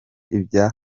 ibya